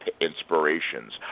inspirations